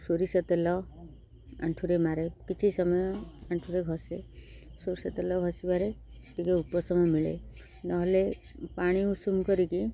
ସୋରିଷ ତେଲ ଆଣ୍ଠୁରେ ମାରେ କିଛି ସମୟ ଆଣ୍ଠୁରେ ଘଷେ ସୋରିଷ ତେଲ ଘଷିବାରେ ଟିକେ ଉପଶମ ମିଳେ ନହେଲେ ପାଣି ଉଷୁମ କରିକି